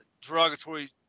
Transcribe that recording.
derogatory